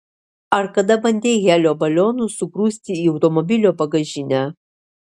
ar kada bandei helio balionus sugrūsti į automobilio bagažinę